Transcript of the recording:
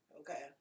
Okay